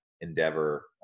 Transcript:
endeavor